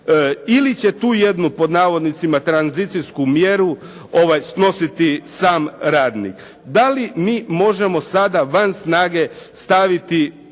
Ili će tu jednu, pod navodnicima, tranzicijsku mjeru snositi sam radnik. Da li mi možemo sada van snage staviti